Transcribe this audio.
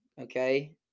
Okay